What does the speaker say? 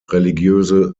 religiöse